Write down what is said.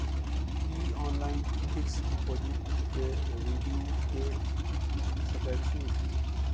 की online fix deposit के renew के सकै छी?